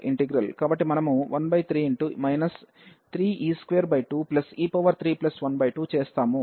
కాబట్టి మనము 13 3e22e312 చేస్తాము